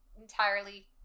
entirely